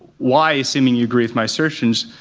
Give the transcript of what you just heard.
why, assuming you agree with my assertions,